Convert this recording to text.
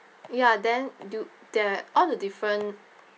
ya then do there are all the different